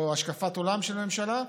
או השקפת עולם של ממשלה,